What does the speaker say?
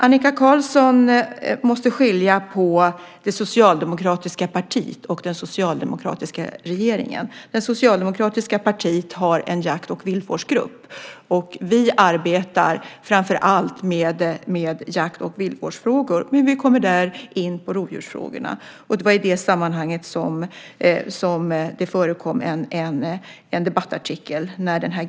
Annika Qarlsson måste skilja på det socialdemokratiska partiet och den socialdemokratiska regeringen. Det socialdemokratiska partiet har en jakt och viltvårdsgrupp. Vi arbetar framför allt med jakt och viltvårdsfrågor, men vi kommer där in också på rovdjursfrågorna. Det var när den gruppen bildades som det förekom en debattartikel.